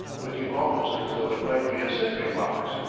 looking almost as though it might be a sentry-box.